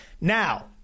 Now